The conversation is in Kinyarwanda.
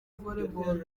volleyball